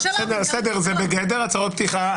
זה בגדר הצהרות פתיחה.